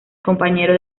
compañero